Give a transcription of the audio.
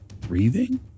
breathing